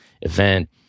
event